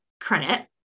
credit